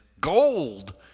gold